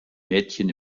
mädchen